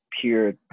pure